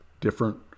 different